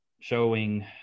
showing